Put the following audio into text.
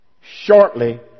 shortly